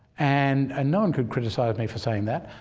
and and no one could criticise me for saying that.